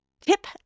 Tip